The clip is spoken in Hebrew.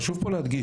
חשוב פה להדגיש,